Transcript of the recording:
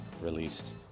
released